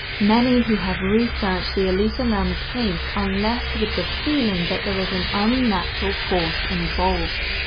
many who have researched the elisa lam case are left with the feeling that there is an unnatural force involved.